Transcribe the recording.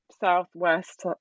southwest